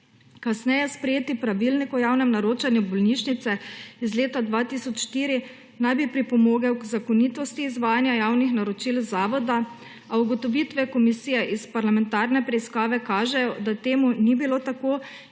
Kasneje sprejeti pravilnik o javnem naročanju bolnišnice iz leta 2004 naj bi pripomogel k zakonitosti izvajanja javnih naročil zavoda, a ugotovitve komisije iz parlamentarne preiskave kažejo, da temu ni bilo tako